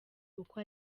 uko